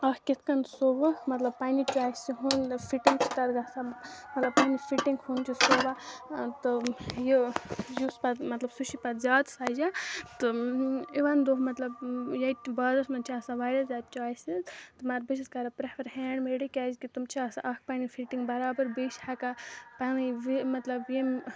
اَتھ کِتھٕ کٔنۍ سوٗوٕ مطلب پَنٕنہِ چویسہٕ ہُنٛد فِٹِنٛگ چھِ تَتھ گژھان مطلب پَنٕنہِ فِٹِنٛگ ہُنٛد چھُ تھوڑا تہٕ یہِ یُس پَتہٕ مطلب سُہ چھُ پَتہٕ زیادٕ سَجان تہٕ اِوِن دوٚو مطلب ییٚتہِ بازرس منٛز چھِ آسان واریاہ زیادٕ چویِسِس نہَ تہٕ بہٕ چھَس کران پریفر ہینٛڈ میٚڈٕے کیٛازِ کہِ تِم چھِ آسان اَکھ پَنٕنہِ فِٹِنٛگہٕ برابر بیٚیہِ چھِ ہیٚکان تَمہِ وِزِ یہِ مطلب یِم